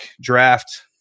draft